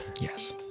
Yes